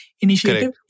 initiative